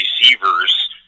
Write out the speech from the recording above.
receivers